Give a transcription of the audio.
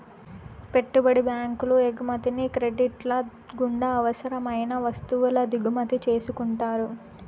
పెట్టుబడి బ్యాంకులు ఎగుమతిని క్రెడిట్ల గుండా అవసరం అయిన వత్తువుల దిగుమతి చేసుకుంటారు